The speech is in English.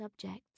Subjects